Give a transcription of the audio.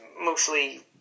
mostly